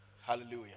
Hallelujah